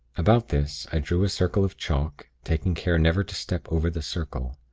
about this, i drew a circle of chalk, taking care never to step over the circle.